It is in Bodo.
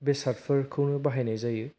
बेसादफोरखौनो बाहायनाय जायो